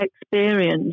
experience